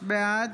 בעד